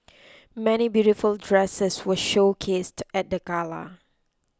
many beautiful dresses were showcased at the gala